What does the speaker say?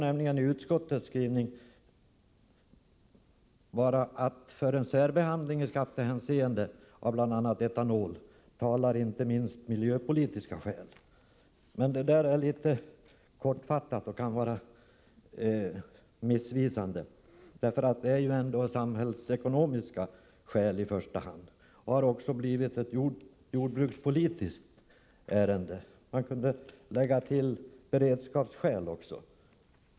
I utskottets skrivning står det bara följande: ”För en särbehandling i skattehänseende av bl.a. etanol talar inte minst miljöpolitiska skäl.” Detta är allför kortfattat, och det kan vara missvisande. I första hand handlar det om samhällsekonomiska skäl. Man kan även nämna jordbrukspolitiska skäl och beredskapsskäl.